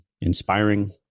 inspiring